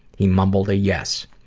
he mumbled a yes.